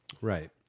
Right